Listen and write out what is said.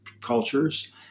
cultures